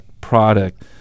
product